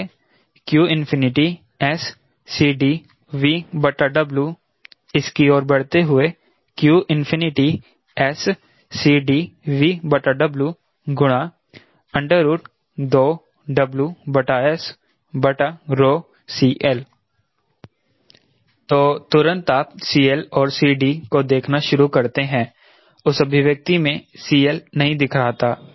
इसलिए qSCDV WqSCDV W2WSCL तो तुरंत आप CL और CD को देखना शुरू करते हैं उस अभिव्यक्ति में CL नहीं दिख रहा था